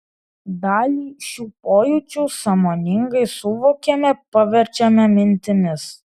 dalį šių pojūčių sąmoningai suvokiame paverčiame mintimis